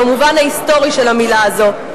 במובן ההיסטורי של המלה הזו,